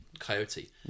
Coyote